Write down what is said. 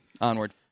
Onward